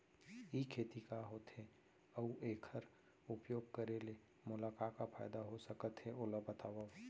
ई खेती का होथे, अऊ एखर उपयोग करे ले मोला का का फायदा हो सकत हे ओला बतावव?